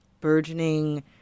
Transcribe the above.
burgeoning